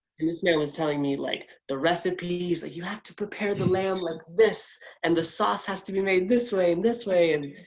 and this man was telling me like the recipes, like you have to prepare the lamb like this and the sauce has to be made this way and this way. and